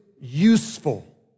useful